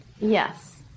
Yes